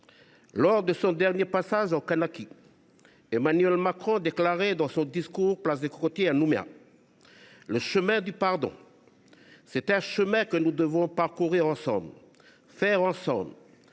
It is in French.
Lors de son dernier passage en Kanaky, Emmanuel Macron déclarait dans son discours, place des Cocotiers à Nouméa, en parlant du chemin du pardon :« C’est un chemin que nous devons parcourir ensemble, faire ensemble.